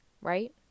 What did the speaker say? Right